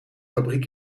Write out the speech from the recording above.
fabriek